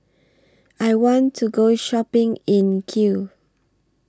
I want to Go Shopping in Kiev